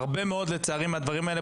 והרבה מאוד מהדברים האלה,